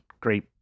Great